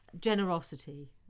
generosity